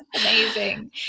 amazing